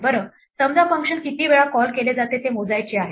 बरं समजा फंक्शन किती वेळा कॉल केले जाते ते मोजायचे आहे